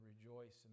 rejoice